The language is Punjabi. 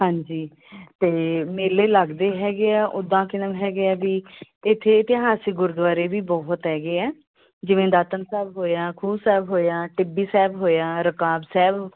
ਹਾਂਜੀ ਅਤੇ ਮੇਲੇ ਲੱਗਦੇ ਹੈਗੇ ਆ ਉੱਦਾਂ ਕਿਨਮ ਹੈਗੇ ਆ ਬਈ ਇੱਥੇ ਇਤਿਹਾਸਿਕ ਗੁਰਦੁਆਰੇ ਵੀ ਬਹੁਤ ਹੈਗੇ ਆ ਜਿਵੇਂ ਦਾਤਣ ਸਾਹਿਬ ਹੋਇਆ ਖੂਹ ਸਾਹਿਬ ਹੋਇਆ ਟਿੱਬੀ ਸਾਹਿਬ ਹੋਇਆ ਰਕਾਬ ਸਾਹਿਬ